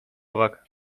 nowak